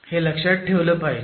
तर हे लक्षात ठेवलं पाहिजे